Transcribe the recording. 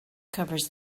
covers